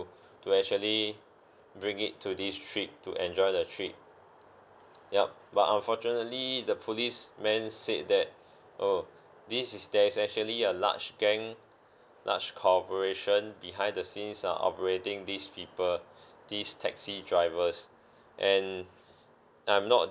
to actually bring it to this trip to enjoy the trip yup but unfortunately the policeman said that oh this is there is actually a large gang large corporation behind the scenes are operating these people these taxi drivers and I'm not